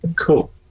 Cool